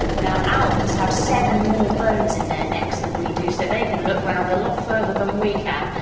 now owls have seven more bones in their necks than we do, so they can look round a lot further than we can!